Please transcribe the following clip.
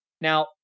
Now